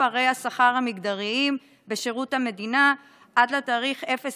פערי השכר המגדריים בשירות המדינה עד לתאריך 1 ביוני.